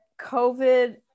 COVID